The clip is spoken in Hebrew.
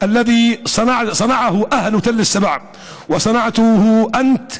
שהקימו תושבי תל שבע והקמת אתה.